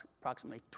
approximately